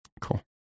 Cool